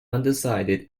undecided